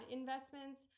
investments